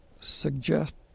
suggest